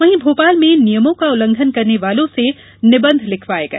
वहीं भोपाल में नियमों का उल्लघंन करने वालों से निबंध लिखवाए गए